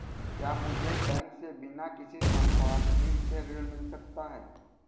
क्या मुझे बैंक से बिना किसी संपार्श्विक के ऋण मिल सकता है?